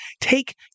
Take